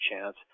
chance